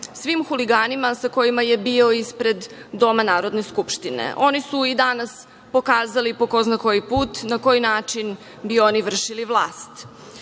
svim huliganima sa kojima je bio ispred Doma Narodne Skupštine. Oni su i danas pokazali po ko zna koji put na koji način bi oni vršili vlast.